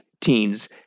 teens